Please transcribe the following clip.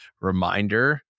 reminder